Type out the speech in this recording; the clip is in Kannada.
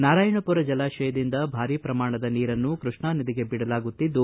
ನಾರಾಯಣಪುರ ಜಲಾಶಯದಿಂದ ಭಾರೀ ಪ್ರಮಾಣದ ನೀರನ್ನು ಕೃಷ್ಣಾ ನದಿಗೆ ಬಿಡಲಾಗುತ್ತಿದ್ದು